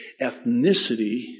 ethnicity